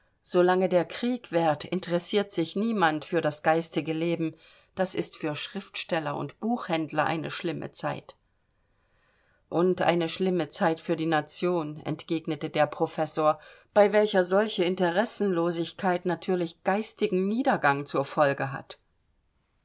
lange der krieg währt interessiert sich niemand für das geistige leben das ist für schriftsteller und buchhändler eine schlimme zeit und eine schlimme zeit für die nation entgegnete der professor bei welcher solche interesselosigkeit natürlich geistigen niedergang zur folge hat